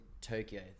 Tokyo